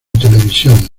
televisión